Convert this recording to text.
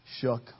shook